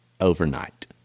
overnight